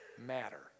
matter